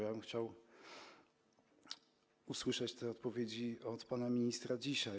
Ja bym chciał usłyszeć te odpowiedzi od pana ministra dzisiaj.